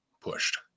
pushed